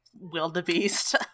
wildebeest